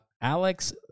Alex